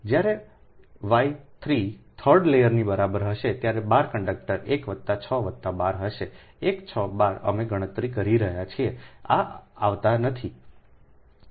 જ્યારે Y 3 third લેયરની બરાબર હોય ત્યાં 12 કંડક્ટર 1 વત્તા 6 વત્તા 12 હશે1 6 12 અમે ગણતરી કરી રહ્યા છીએ 12 આવતા નથી